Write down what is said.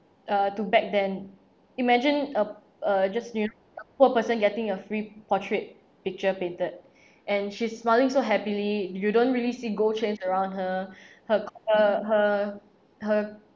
uh to back then imagine a a just poor person getting a free portrait picture painted and she's smiling so happily you don't really see gold chains around her her her her